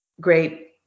great